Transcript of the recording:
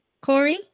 Corey